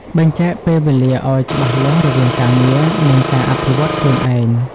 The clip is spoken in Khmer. បែងចែកពេលវេលាឱ្យច្បាស់លាស់រវាងការងារ និងការអភិវឌ្ឍខ្លួនឯង។